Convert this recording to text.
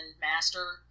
master